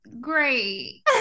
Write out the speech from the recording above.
great